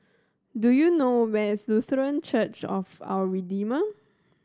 do you know where is Lutheran Church of Our Redeemer